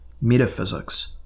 metaphysics